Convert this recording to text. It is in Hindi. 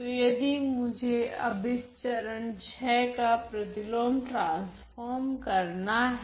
तो यदि मुझे अब इस चरण VI का प्रतिलोम ट्रांसफोर्म करना है